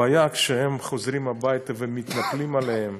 הבעיה, כשהם חוזרים הביתה ומתנפלים עליהם.